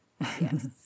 Yes